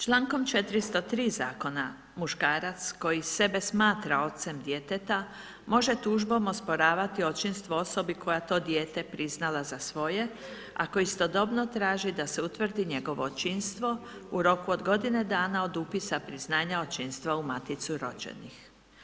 Člankom 403. zakona, muškarac koji sebe smatra ocem djeteta može tužbom osporavati očinstvo osobi koja to dijete priznala za svoje, ako istodobno traži da se utvrdi njegovo očinstvo u roku od godine dana od upisa priznanja očinstva u Maticu rođenih.